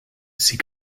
sie